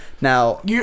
Now